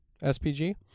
SPG